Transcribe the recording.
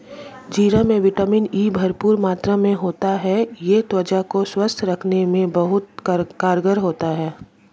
जीरे में vitamin E भरपूर मात्रा में होता है यह त्वचा को स्वस्थ रखने में बहुत कारगर होता है